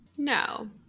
No